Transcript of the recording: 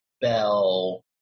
bell